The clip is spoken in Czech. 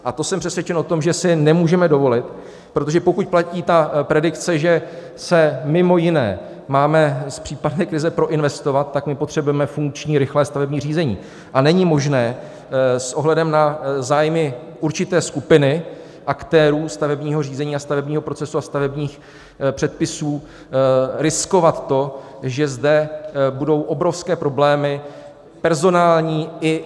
A jsem přesvědčen o tom, že to si nemůžeme dovolit, protože pokud platí ta predikce, že se mimo jiné máme z případné krize proinvestovat, tak my potřebujeme funkční, rychlé stavební řízení a není možné s ohledem na zájmy určité skupiny aktérů stavebního řízení a stavebního procesu a stavebních předpisů riskovat to, že zde budou obrovské problémy personální i institucionální.